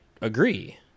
agree